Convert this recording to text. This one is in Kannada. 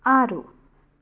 ಆರು